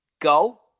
go